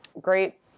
great